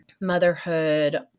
motherhood